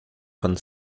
von